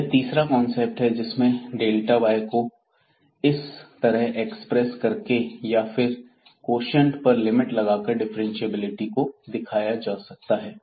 यह तीसरा कॉन्सेप्ट है जिसमें y को इस करें एक्सप्रेस करके या फिर कोशिएंट पर लिमिट लगाकर डिफ्रेंशिएबिलिटी को दिखाया जा सकता है